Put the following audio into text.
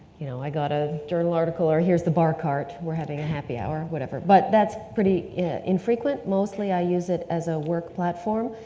you know, i got a journal article or here's the bar cart, we're having a happy hour, whatever. but that's pretty infrequent. mostly i use it as a work platform,